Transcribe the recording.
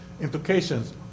implications